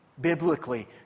Biblically